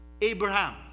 Abraham